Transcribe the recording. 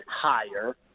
higher